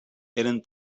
eren